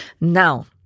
Now